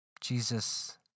Jesus